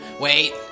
Wait